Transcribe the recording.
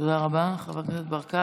תודה רבה, חבר הכנסת ברקת.